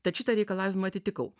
tad šitą reikalavimą atitikau